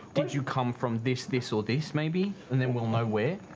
did you come from this, this, or this? maybe, and then we'll know where?